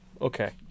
Okay